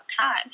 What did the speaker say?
time